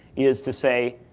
is to say,